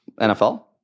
NFL